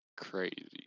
Crazy